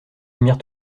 mirent